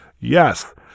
Yes